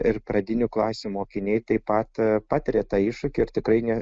ir pradinių klasių mokiniai taip pat patiria tą iššūkį ir tikrai ne